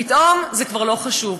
פתאום זה כבר לא חשוב.